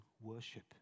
worship